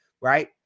right